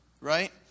right